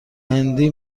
هندی